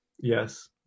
Yes